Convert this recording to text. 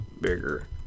bigger